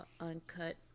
uncut